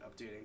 updating